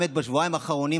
בשבועיים האחרונים,